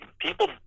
people